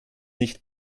nicht